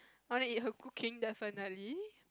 wanna eat her cooking definitely